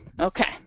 okay